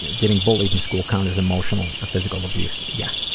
and getting bullied in school count as emotional or physical abuse? yeah